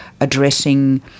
addressing